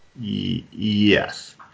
yes